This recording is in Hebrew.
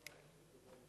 חברי